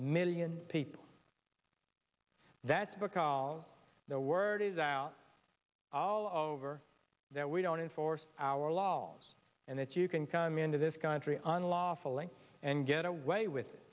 million people that's because all the word is out all over that we don't enforce our laws and that you can come into this country unlawfully and get away with it